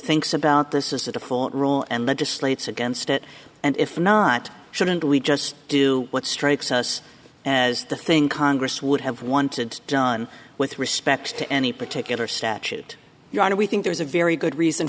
thinks about this is that the full rule and legislates against it and if not shouldn't we just do what strikes us as the thing congress would have wanted done with respect to any particular statute your honor we think there's a very good reason